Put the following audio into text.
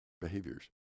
behaviors